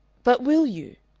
but will you?